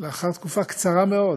לאחר תקופה קצרה מאוד,